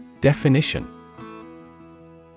Definition